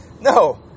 No